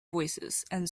voicesand